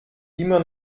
immer